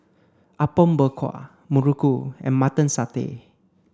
Apom Berkuah Muruku and mutton satay